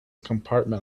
compartment